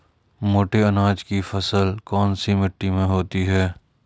मोटे अनाज की फसल कौन सी मिट्टी में होती है?